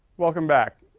welcome back.